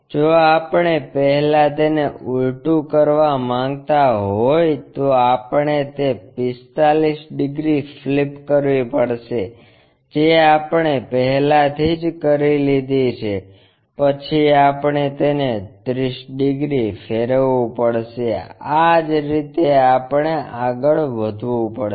જો આપણે પહેલા તેને ઊલટું કરવા માંગતા હોય તો આપણે તે 45 ડિગ્રી ફ્લિપ કરવી પડશે જે આપણે પહેલાથી કરી લીધી છે પછી આપણે તેને 30 ડિગ્રી ફેરવવું પડશે આ જ રીતે આપણે આગળ વધવું પડશે